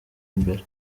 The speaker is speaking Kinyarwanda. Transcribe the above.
imbere